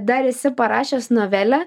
dar esi parašęs novelę